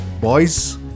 boys